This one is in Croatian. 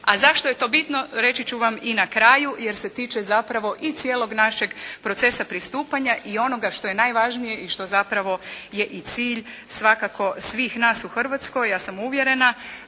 A zašto je to bitno? Reći ću vam i na kraju jer se tiče zapravo i cijelog našeg procesa pristupanja i onoga što je najvažnije i što zapravo je cilj svakako svih nas u Hrvatskoj, ja sam uvjerena,